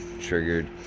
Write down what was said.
triggered